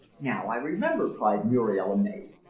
now i remember! cried muriel, amazed.